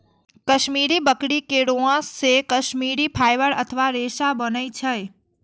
कश्मीरी बकरी के रोआं से कश्मीरी फाइबर अथवा रेशा बनै छै